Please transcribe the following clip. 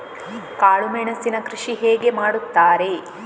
ಕಾಳು ಮೆಣಸಿನ ಕೃಷಿ ಹೇಗೆ ಮಾಡುತ್ತಾರೆ?